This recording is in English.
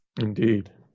Indeed